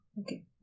okay